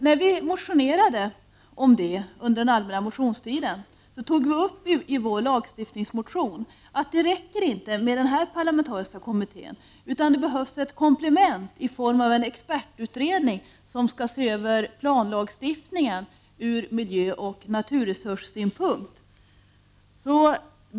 När vi motionerade om detta under allmänna motionstiden sade vi i vår lagstiftningsmotion att det inte räcker med denna parlamentariska kommitté utan att det behövs ett komplement i form av en expertutredning som skall se över planlagstiftningen från miljöoch naturresurssynpunkt.